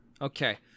Okay